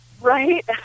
right